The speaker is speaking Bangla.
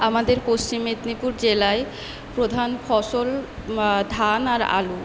আমাদের পশ্চিম মেদিনীপুর জেলায় প্রধান ফসল ধান আর আলু